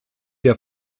der